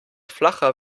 flacher